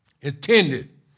intended